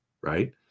right